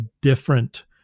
different